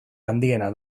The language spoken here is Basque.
handiena